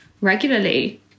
regularly